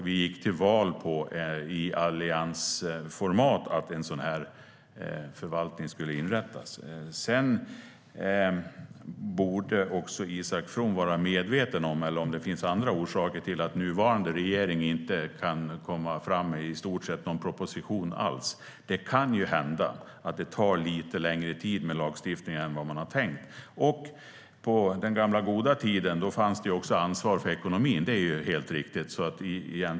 Vi gick i alliansformat till val på att en sådan förvaltning skulle inrättas. Isak From borde vara medveten om det finns andra orsaker till att nuvarande regering i stort sett inte kan komma fram med någon proposition alls. Det kan hända att det tar lite längre tid med lagstiftningen än vad man har tänkt. På den gamla goda tiden fanns det också ansvar för ekonomin. Det är helt riktigt.